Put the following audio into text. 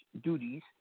duties